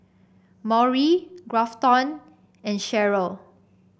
Maury Grafton and Cheryle